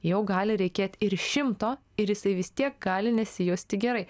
jau gali reikėt ir šimto ir jisai vis tiek gali nesijusti gerai